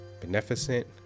Beneficent